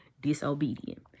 disobedient